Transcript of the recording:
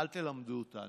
אל תלמדו אותנו.